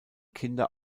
kinder